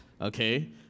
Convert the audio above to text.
Okay